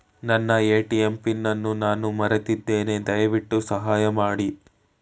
ನನ್ನ ATM PIN ಅನ್ನು ನಾನು ಮರೆತಿದ್ದೇನೆ, ದಯವಿಟ್ಟು ಸಹಾಯ ಮಾಡಿ